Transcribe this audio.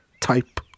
type